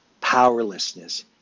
powerlessness